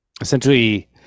essentially